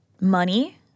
money